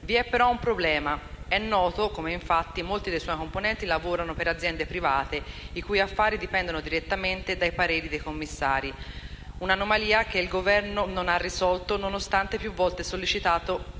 Vi è, però, un problema. È noto come, infatti, molti dei suoi componenti lavorino per aziende private i cui affari dipendono direttamente dai pareri dei commissari: un'anomalia che il Governo non ha risolto, nonostante più volte sollecitato